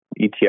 ETF